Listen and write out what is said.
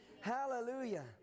Hallelujah